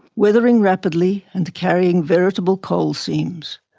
weathering rapidly and carrying veritable coal seams.